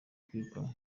kwirukanwa